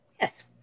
Yes